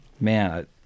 Man